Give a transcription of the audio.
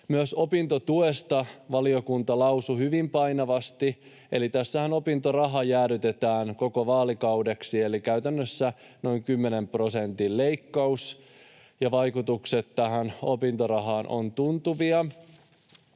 Myös opintotuesta valiokunta lausui hyvin painavasti, eli tässähän opintoraha jäädytetään koko vaalikaudeksi, eli käytännössä tehdään noin 10 prosentin leikkaus, ja vaikutukset opintorahaan ovat tuntuvia.